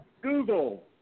Google